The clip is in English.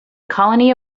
colony